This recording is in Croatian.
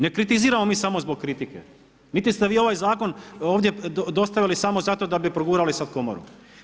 Ne kritiziramo mi samo zbog kritike niti ste vi ovaj zakon ovdje dostavili samo zato da bi progurali sada komoru.